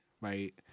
right